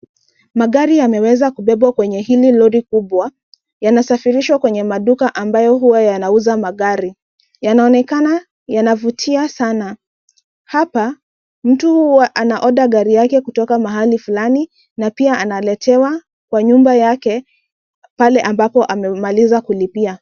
Magari yameweza kubebwa kwenye hili lori kubwa, yanasafirishwa kwenye maduka ambayo huwa yanauza magari. Yanaonekana yanavutia sana. Hapa, mtu huwa anaorder gari yake kutoka mahali fulani, na pia analetewa kwa nyumba yake, pale ambapo amemaliza kulipia.